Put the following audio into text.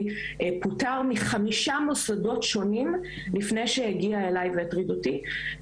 פוטר מחמישה מוסדות שונים לפני שהגיע אלי והטריד אותי,